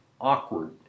awkward